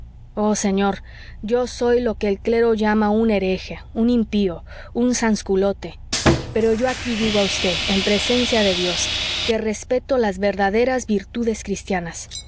oh señor yo soy lo que el clero llama un hereje un impío un sansculote pero yo aquí digo a vd en presencia de dios que respeto las verdaderas virtudes cristianas